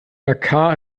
dhaka